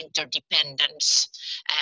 interdependence